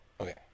okay